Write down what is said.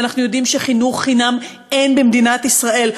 ואנחנו יודעים שחינוך חינם אין במדינת ישראל,